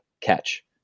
catch